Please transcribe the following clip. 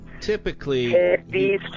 Typically